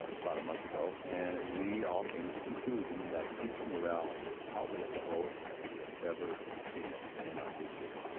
about a month ago, and we all came to conclusion, that teacher morale is probably at the lowest that we have ever seen it in our district,